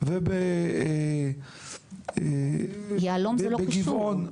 וב- -- יהלום זה לא קשור,